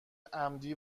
عمدی